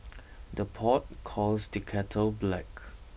the pot calls the kettle black